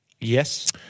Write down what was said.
Yes